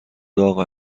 داغ